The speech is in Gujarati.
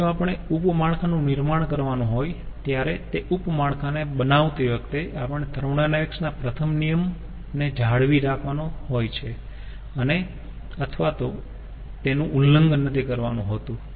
હવે જો આપણે ઉપ માળખાનું નિર્માણ કરવાનું હોય ત્યારે તે ઉપ માળખાને બનાવતી વખતે આપણે થર્મોોડાયનેમિક્સના પ્રથમ નિયમ ને જાળવી રાખવાનો હોય છે અથવા તો તેનું ઉલ્લંઘન નથી કરવાનું હોતું